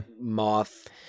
moth